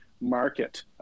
market